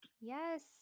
yes